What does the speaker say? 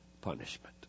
punishment